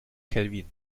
kelvin